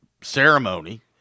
ceremony